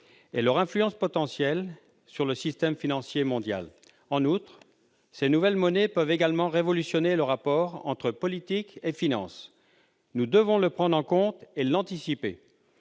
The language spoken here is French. ni leur influence potentielle sur le système financier mondial. En outre, ces nouvelles monnaies peuvent également révolutionner le rapport entre politique et finance. Nous devons le prendre en compte et l'anticiper.